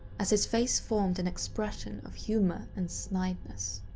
as his face formed an expression of humor and snideness.